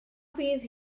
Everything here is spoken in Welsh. fydd